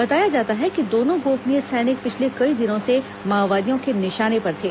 बताया जाता है कि दोनों गोपनीय सैनिक पिछले कई दिनों से माओवादियों के निशाने पर थे